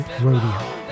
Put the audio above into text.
rodeo